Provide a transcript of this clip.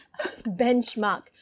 benchmark